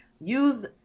Use